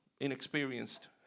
inexperienced